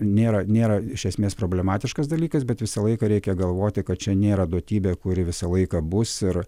nėra nėra iš esmės problematiškas dalykas bet visą laiką reikia galvoti kad čia nėra duotybė kuri visą laiką bus ir